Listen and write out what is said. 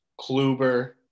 Kluber